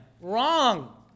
wrong